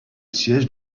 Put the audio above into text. siège